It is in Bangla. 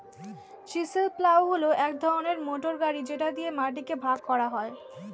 চিসেল প্লাউ হল এক ধরনের মোটর গাড়ি যেটা দিয়ে মাটিকে ভাগ করা যায়